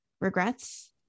regrets